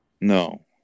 No